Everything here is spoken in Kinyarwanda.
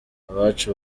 abacu